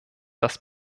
das